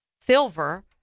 silver